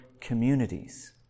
communities